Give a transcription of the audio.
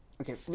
Okay